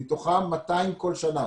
מתוכם 200 כל שנה